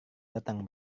datang